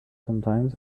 sometimes